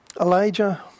Elijah